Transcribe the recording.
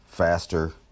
Faster